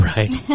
Right